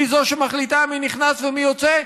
היא שמחליטה מי נכנס ומי יוצא,